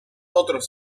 otros